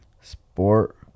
Sport